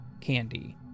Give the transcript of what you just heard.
candy